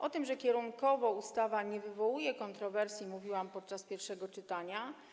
O tym, że kierunkowo ustawa nie wywołuje kontrowersji, mówiłam podczas pierwszego czytania.